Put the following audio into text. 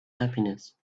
happiness